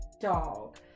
dog